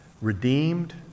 Redeemed